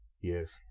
Yes